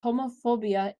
homophobia